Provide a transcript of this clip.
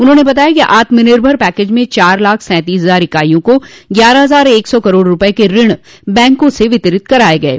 उन्होंने बताया कि आत्मनिर्भर पैकेज में चार लाख सैंतीस हजार इकाइयों को ग्यारह हजार एक सौ करोड़ रूपये के ऋण बैंकों से वितरित कराये गये